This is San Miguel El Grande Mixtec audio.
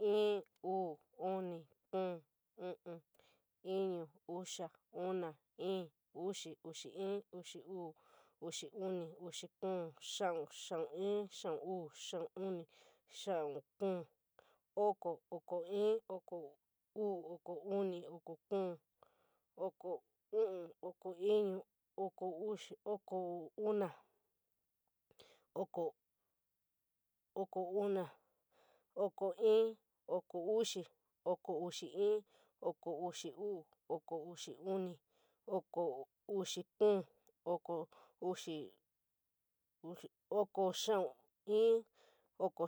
I, uu, uni, kou, uu, inuu, uxa, uma fii, uxi, uxi uu, uxi uni, uxi kou, xiau, xiau i, xiau uu, xiau uni, xiau kuu oko, oko i, okouni, oku uni, oko kou, oko inu, oko uni, oko uma, okou, oko fii, okou uxi, okou uni, oko xiau kou,